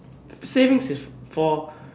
savings is for